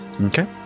Okay